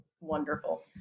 wonderful